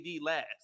last